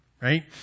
Right